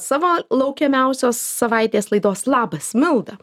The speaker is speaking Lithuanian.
savo laukiamiausios savaitės laidos labas milda